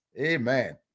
Amen